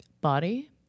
Body